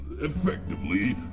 effectively